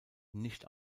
nicht